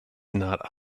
not